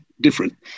different